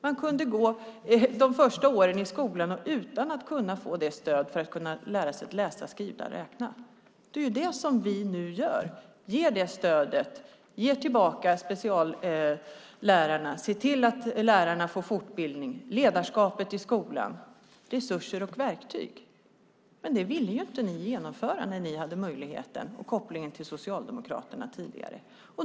Man kunde gå de första åren i skolan utan att kunna få stöd för att lära sig att läsa, skriva och räkna. Det som vi nu gör är att vi ger det stödet, ger tillbaka speciallärarna, ser till att lärarna får fortbildning, resurser och verktyg, satsar på ledarskapet i skolan. Men det vill inte ni genomföra tidigare när ni hade möjligheten och kopplingen till Socialdemokraterna.